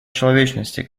человечности